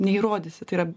neįrodysi tai yra